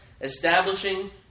establishing